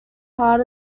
part